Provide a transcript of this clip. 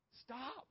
Stop